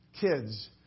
kids